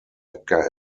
edgar